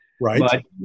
Right